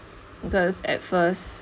because at first